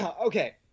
Okay